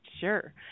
Sure